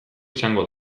izango